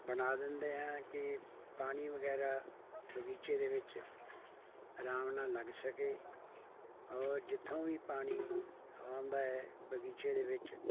ਬਣਾ ਦਿੰਦੇ ਹਾਂ ਕਿ ਪਾਣੀ ਵਗੈਰਾ ਬਗੀਚੇ ਦੇ ਵਿੱਚ ਆਰਾਮ ਨਾਲ ਲੱਗ ਸਕੇ ਔਰ ਜਿੱਥੋਂ ਵੀ ਪਾਣੀ ਆਉਂਦਾ ਹੈ ਬਗੀਚੇ ਦੇ ਵਿੱਚ